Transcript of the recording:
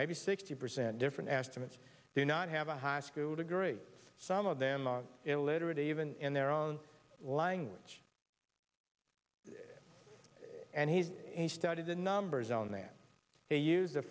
maybe sixty percent different estimates do not have a high school degree some of them are illiterate even in their own language and he's studied the numbers on that they use the